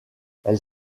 elle